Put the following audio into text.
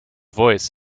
voice